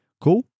cool